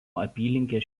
apylinkės